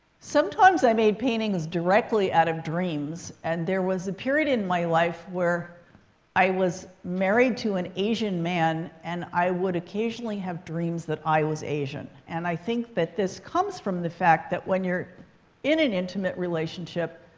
sometimes, i made paintings directly out of dreams. and there was a period in my life where i was married to an asian man. and i would occasionally have dreams that i was asian. and i think that this comes from the fact that, when you're in an intimate relationship,